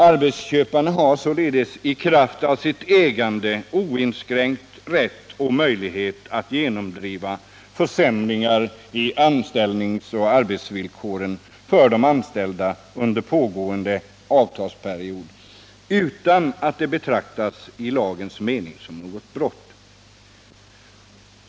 Arbetsköparna har således i kraft av 49 sitt ägande oinskränkt rätt och möjlighet att genomdriva försämringar i anställningsoch arbetsvillkoren för de anställda under pågående avtalsperiod utan att det betraktas i lagens mening som något brott.